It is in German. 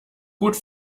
gut